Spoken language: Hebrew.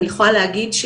אני יכולה להגיד,